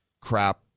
crap